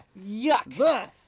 yuck